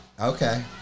Okay